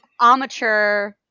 amateur